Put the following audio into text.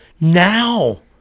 now